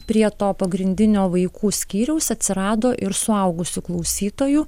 prie to pagrindinio vaikų skyriaus atsirado ir suaugusių klausytojų